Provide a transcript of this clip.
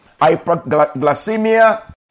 hyperglycemia